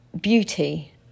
beauty